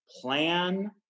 plan